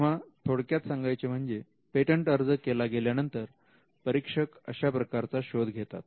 तेव्हा थोडक्यात सांगायचे म्हणजे पेटंट अर्ज केला गेल्यानंतर परीक्षक अशा प्रकारचा शोध घेतात